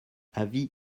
avis